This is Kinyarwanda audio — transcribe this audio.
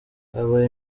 habaye